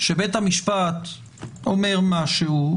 שבית המשפט אומר משהו,